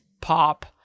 pop